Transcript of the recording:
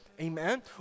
amen